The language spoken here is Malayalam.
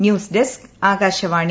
news desk Akashvani